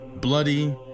bloody